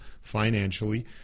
financially